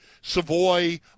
Savoy